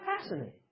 fascinating